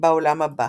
בעולם הבא.